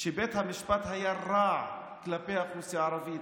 שבית המשפט היה רע כלפי האוכלוסייה הערבית,